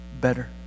better